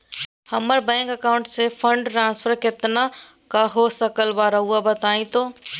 हमरा bank account से fund transfer कितना का हो सकल बा रुआ बताई तो?